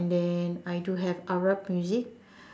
and then I do have Arab music